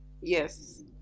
Yes